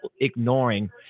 ignoring